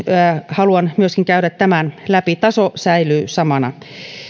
haluan myöskin käydä tämän läpi taso säilyy samana